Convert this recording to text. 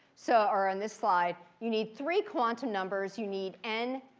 so or on this slide. you need three quantum numbers. you need n,